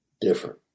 different